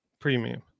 premium